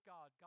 God